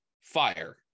fire